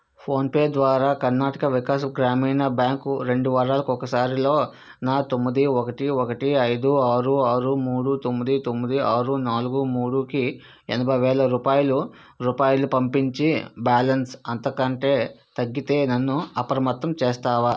PhonePe ద్వారా Karnataka Vikas Grameena bank రెండు వారాలకొకసారిలో నా తొమ్మిది ఒకటి ఒకటి ఐదు ఆరు ఆరు మూడు తొమ్మిది తొమ్మిది ఆరు నాలుగు మూడుకి ఎనభై వేల రూపాయలు రూపాయలు పంపించి బ్యాలన్స్ అంతకంటే తగ్గితే నన్ను అప్రమత్తం చేస్తావా